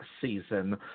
season